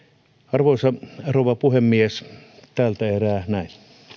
arvoisa rouva puhemies tältä erää näin